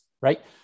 right